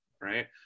right